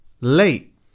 late